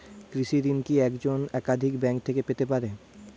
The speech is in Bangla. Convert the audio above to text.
কৃষিঋণ কি একজন একাধিক ব্যাঙ্ক থেকে পেতে পারে?